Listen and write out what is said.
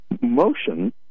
motion